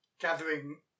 gathering